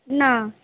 না